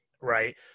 right